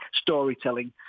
storytelling